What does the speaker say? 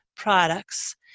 products